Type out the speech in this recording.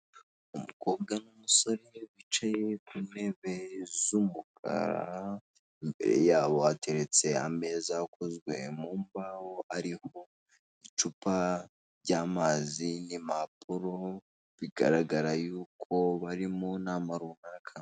Umukobwa n'umusore bicaye ku ntebe z'umukara imbere yabo hateretse ameza akozwe mu mbaho ariho icupa ry'amazi n'impapuro, bigaragara yuko bari mu nama runaka.